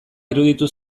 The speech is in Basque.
iruditu